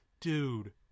Dude